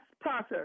process